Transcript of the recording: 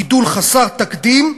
גידול חסר תקדים,